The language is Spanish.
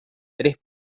tres